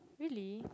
really